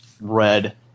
Red